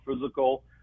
physical